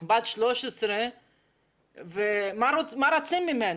בת 13. מה רצו ממנה?